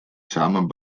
samen